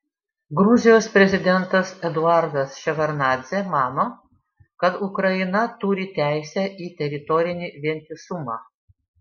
gruzijos prezidentas eduardas ševardnadzė mano kad ukraina turi teisę į teritorinį vientisumą